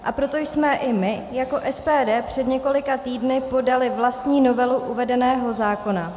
A proto jsme i my jako SPD před několika týdny podali vlastní novelu uvedeného zákona.